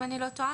אם אני לא טועה.